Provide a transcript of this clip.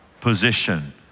position